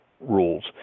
rules